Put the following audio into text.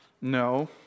No